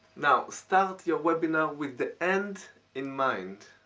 now, start your webinar with the end in mind.